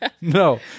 no